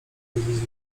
zrozumieć